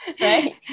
Right